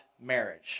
marriage